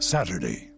Saturday